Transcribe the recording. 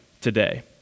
today